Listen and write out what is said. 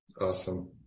Awesome